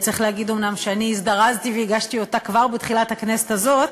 צריך להגיד אומנם שאני הזדרזתי והגשתי אותה כבר בתחילת הכנסת הזאת,